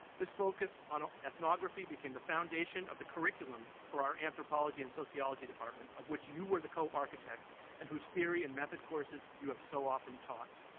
this focus on ah ethnography became the foundation of the curriculum of our anthropology and sociology department, of which you were the co-architect and whose theory and method courses you have so often taught.